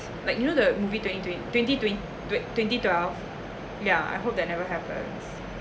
like you know the movie twenty twen~ twenty twen~ twenty twelve yeah I hope that never happens